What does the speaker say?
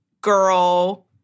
girl